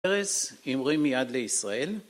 פרס המריא מיד לישראל